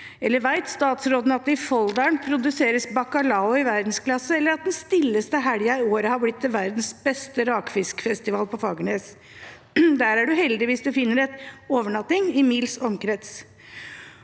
ost? Vet statsråden at det i Folldal produseres bacalao i verdensklasse, eller at den stilleste helgen i året har blitt til verdens beste rakfiskfestival på Fagernes, der du er heldig hvis du finner overnatting i mils omkrets?